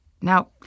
Now